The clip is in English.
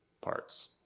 parts